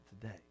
today